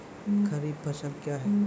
खरीफ फसल क्या हैं?